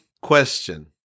question